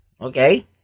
Okay